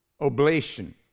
oblation